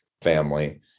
family